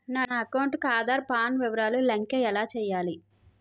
నా అకౌంట్ కు ఆధార్, పాన్ వివరాలు లంకె ఎలా చేయాలి?